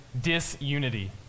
disunity